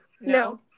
No